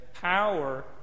power